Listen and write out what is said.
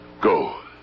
go